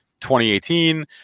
2018